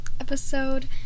episode